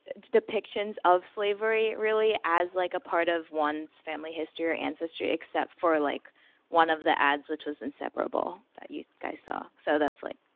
depictions of slavery really as like a part of one's family history ancestry except for, like one of the ads which was inseparable that you guys saw, so that's like.